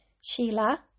Sheila